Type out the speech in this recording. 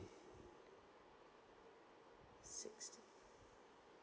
sixteen